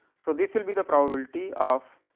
so, this will be the probability of